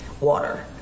water